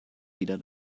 wieder